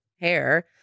hair